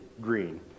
green